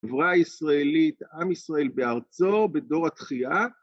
‫חברה ישראלית, עם ישראל בארצו, ‫בדור התחייה.